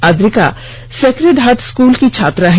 Adnika sacred heart school की छात्रा है